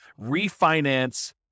refinance